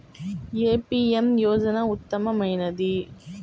ఏ PM యోజన ఉత్తమమైనది?